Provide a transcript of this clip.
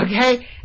Okay